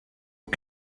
aux